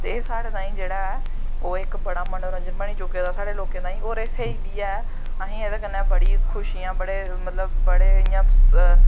ते एह् साढ़े तांईं जेह्ड़ा ऐ ओह् इक बड़ा मनोंरंजन बनी चुके दा ऐ साढ़े लोकें तांई ओर एह् स्हेई बी ऐ असें एह्दे कन्नै बड़ी खुशियां इयां बड़े इयां